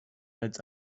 als